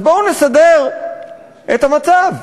אז בואו נסדר את המצב.